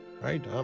right